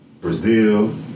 Brazil